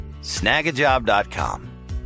Snagajob.com